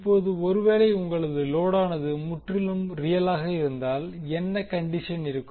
இப்போது ஒருவேளை உங்களது லோடானது முற்றிலும் ரியலாக இருந்தால் என்ன கண்டிஷன் இருக்கும்